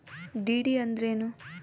DD ಅಂದ್ರೇನು?